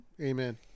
Amen